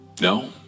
No